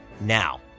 Now